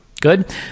Good